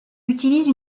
utilise